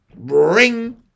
Ring